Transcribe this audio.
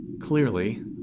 Clearly